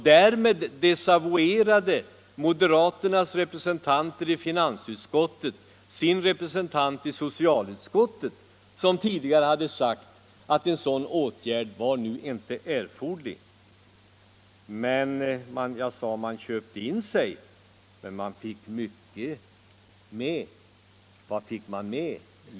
Därmed desavouerade moderaternas representanter i finansutskottet sin representant i socialutskottet, som tidigare uttalat att en sådan åtgärd inte nu borde beslutas. Jag sade att man köpte in sig. Men man fick mycket med. Vad fick man med?